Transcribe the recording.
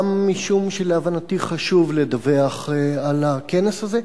גם משום שלהבנתי חשוב לדווח על הכנס הזה.